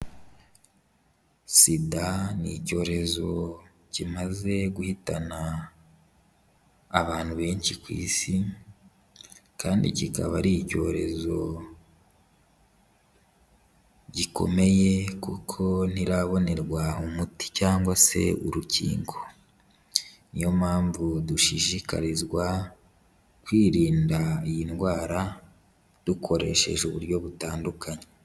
SIDA ni icyorezo kimaze guhitana abantu benshi ku Isi kandi kikaba ari icyorezo gikomeye kuko ntirabonerwa umuti cyangwa se urukingo, niyo mpamvu dushishikarizwa kwirinda iyi ndwara dukoresheje uburyo butandukanye.